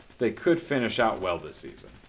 they could finish out well this season.